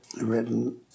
written